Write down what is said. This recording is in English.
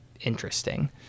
Interesting